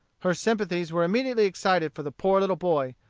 her sympathies were immediately excited for the poor little boy,